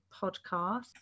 podcast